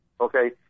Okay